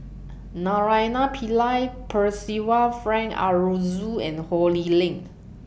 Naraina Pillai Percival Frank Aroozoo and Ho Lee Ling